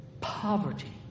poverty